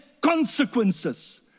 consequences